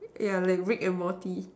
yeah like Rick and Morty